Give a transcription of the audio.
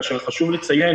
כאשר חשוב לציין,